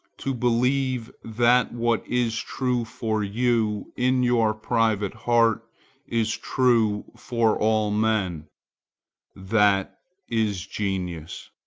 to believe that what is true for you in your private heart is true for all men that is genius.